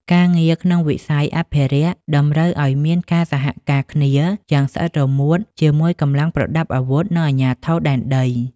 ការងារក្នុងវិស័យអភិរក្សតម្រូវឱ្យមានការសហការគ្នាយ៉ាងស្អិតរមួតជាមួយកម្លាំងប្រដាប់អាវុធ និងអាជ្ញាធរដែនដី។